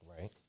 Right